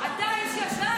אתה איש ישר